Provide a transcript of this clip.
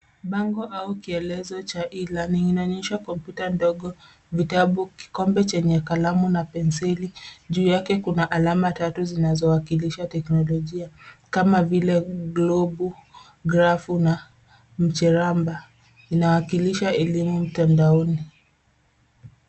Bango au kielezo cha (cs)e-learning (cs)inaonyesha komputa ndogo, vitabu, kikombe chenye kalamu na penseli. Juu yake kuna alama tatu zinazowakilisha teknolojia kama vile globu, grafu na mcheramba inawakilisha elimu mtandaoni.